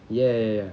ya ya ya ya